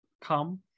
come